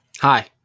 Hi